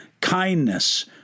kindness